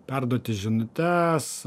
perduoti žinutes